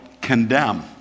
condemn